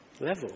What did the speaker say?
level